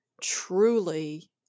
truly